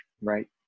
right